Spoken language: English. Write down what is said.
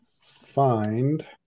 find